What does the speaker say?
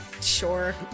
sure